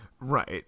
Right